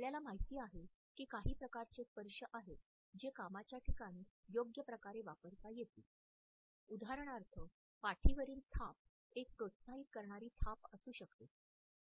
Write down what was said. आपल्याला माहित आहे की काही प्रकारचे स्पर्श आहेत जे कामाच्या ठिकाणी योग्य प्रकारे वापरता येतील उदाहरणार्थ पाठीवरील थाप एक प्रोत्साहित करणारी थाप असू शकते